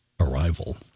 arrival